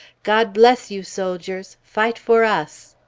god bless you, soldiers! fight for us!